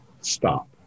stop